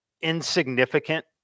insignificant